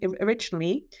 originally